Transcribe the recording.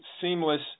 seamless